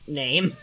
name